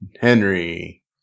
Henry